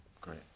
Great